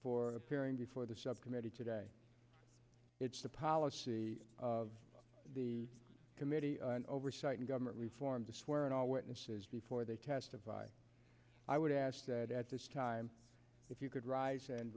hearing before the subcommittee today it's the policy of the committee on oversight and government reform to swear in all witnesses before they testify i would ask that at this time if you could rise and